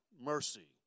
mercy